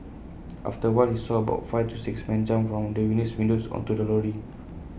after A while he saw about five to six men jump from the unit's windows onto the lorry